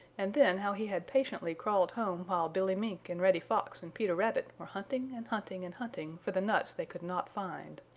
and then how he had patiently crawled home while billy mink and reddy fox and peter rabbit were hunting and hunting and hunting for the nuts they could not find.